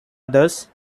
others